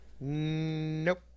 Nope